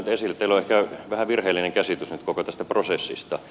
teillä on ehkä vähän virheellinen käsitys nyt koko tästä prosessista